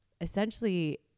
essentially